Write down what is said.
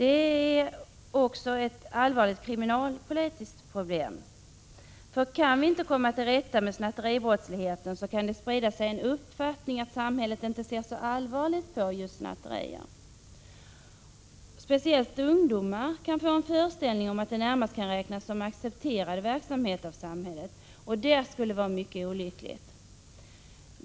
Det gäller här också ett allvarligt kriminalpolitiskt problem. Om vi inte kan komma till rätta med snatteribrottsligheten, kan det sprida sig en uppfattning att samhället inte ser så allvarligt på just snatterier. Speciellt ungdomar kan få föreställningen att dessa närmast kan ses som en av samhället accepterad företeelse, och det skulle vara mycket olyckligt.